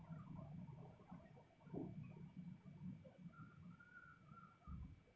who